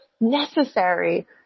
necessary